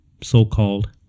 so-called